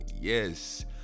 yes